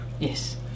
Yes